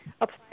apply